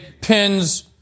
pins